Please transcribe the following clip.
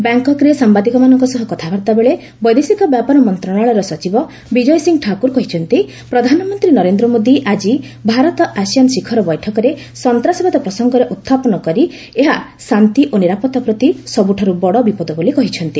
ବ୍ୟାଙ୍ଗକକରେ ସାମ୍ବାଦିକମାନଙ୍କ ସହ କଥାବାର୍ତ୍ତାବେଳେ ବୈଦେଶିକ ବ୍ୟାପାର ମନ୍ତ୍ରଣାଳୟର ସଚିବ ବିକୟ ସିଂ ଠାକୁର କହିଛନ୍ତି ପ୍ରଧାନମନ୍ତ୍ରୀ ନରେନ୍ଦ୍ର ମୋଦି ଆଜି ଭାରତ ଆସିଆନ ଶିଖର ବୈଠକରେ ସନ୍ତାସବାଦ ପ୍ରସଙ୍ଗରେ ଉତଥାପନ କରି ଏହା ଶାନ୍ତି ଓ ନିରାପତ୍ତା ପ୍ରତି ସବୁଠାରୁ ବଡ ବିପଦ ବୋଲି କହିଛନ୍ତି